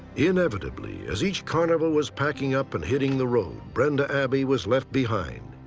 inevitably, as each carnival was packing up and hitting the road, brenda abbey was left behind,